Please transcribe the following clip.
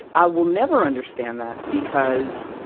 i will never understand that, because,